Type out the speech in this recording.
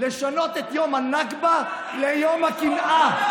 לשנות את יום הנכבה ליום הקנאה.